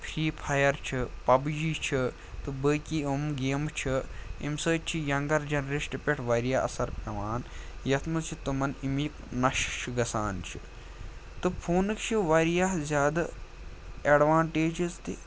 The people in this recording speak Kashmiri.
فی فایَر چھِ پَب جی چھِ تہٕ باقی یِم گیمہٕ چھِ اَمہِ سۭتۍ چھِ یَنٛگَر جنریشن پٮ۪ٹھ واریاہ اَثر پٮ۪وان یَتھ منٛز چھِ تِمَن اَمِکۍ نشہِ چھُ گژھان چھِ تہٕ فونٕکۍ چھِ واریاہ زیادٕ اٮ۪ڈوانٹیجِز تہِ